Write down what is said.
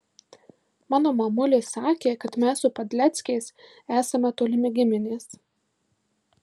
mano mamulė sakė kad mes su padleckiais esame tolimi giminės